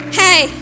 hey